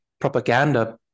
propaganda